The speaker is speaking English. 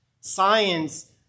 Science